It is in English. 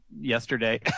yesterday